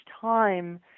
time